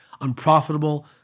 unprofitable